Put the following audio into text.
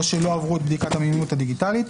או שלא עברו את בדיקת המיומנות הדיגיטלית.